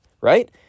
right